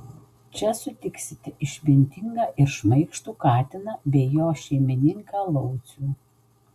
čia sutiksite išmintingą ir šmaikštų katiną bei jo šeimininką laucių